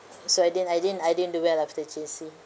so I didn't I didn't I didn't do well after J_C